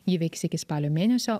ji veiks iki spalio mėnesio